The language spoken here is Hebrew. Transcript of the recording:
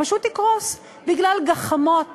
פשוט יקרוס בגלל גחמות